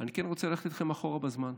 אני רוצה ללכת איתכם אחורה בזמן.